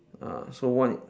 ah so one